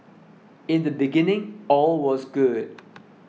in the beginning all was good